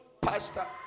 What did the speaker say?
Pastor